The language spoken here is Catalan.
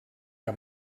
que